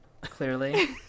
Clearly